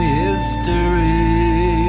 history